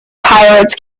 pirates